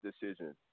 decision